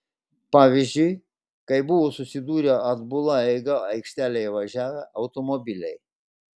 pavyzdžiui kai buvo susidūrę atbula eiga aikštelėje važiavę automobiliai